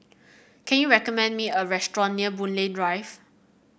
can you recommend me a restaurant near Boon Lay Drive